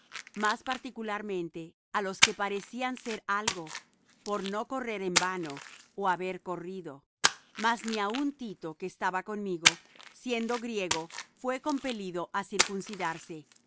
mas particularmente á los que parecían ser algo por no correr en vano ó haber corrido mas ni aun tito que estaba conmigo siendo griego fué compelido á circuncidarse y eso